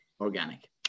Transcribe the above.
organic